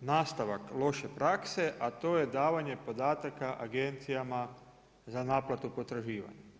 nastavak loše prakse, a to je davanje podataka agencijama za naplatu potraživanja.